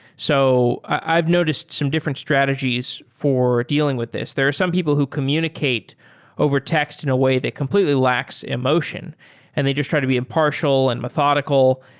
so i've noticed some different strategies for dealing with this. there are some people who communicate overtaxed in a way that completely lacks emotion and they just try to be impartial and methodical,